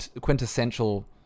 quintessential